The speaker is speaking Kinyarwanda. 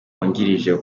wungirije